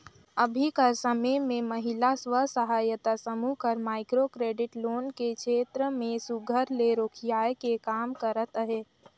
अभीं कर समे में महिला स्व सहायता समूह हर माइक्रो क्रेडिट लोन के छेत्र में सुग्घर ले रोखियाए के काम करत अहे